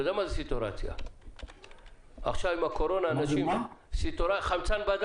אתה יודע מה זה סטורציה, חמצן בדם.